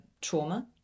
trauma